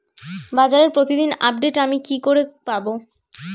বাজারের প্রতিদিন আপডেট আমি কি করে পাবো?